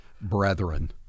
brethren